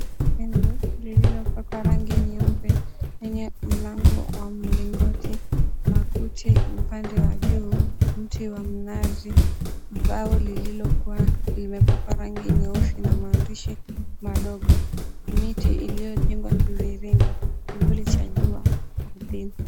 Jengo lililopakwa rangi nyeupe yenye mlango wa mlingoti na kuti upande wa juu mti wa mnazi. Mbao lililokuwa limepakwa rangi nyeusi na maandishi madogo. Miti iliyojengwa kimviringo, kivuli cha jua ardhini.